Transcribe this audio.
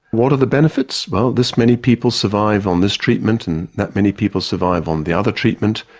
what are the benefits? well, this many people survive on this treatment and that many people survive on the other treatment.